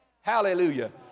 Hallelujah